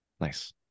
Nice